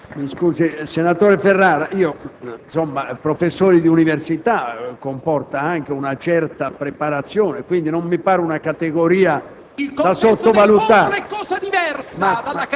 Senatore Ferrara, essere professore universitario comporta anche una certa preparazione; quindi, non mi pare una categoria da sottovalutare.